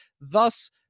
Thus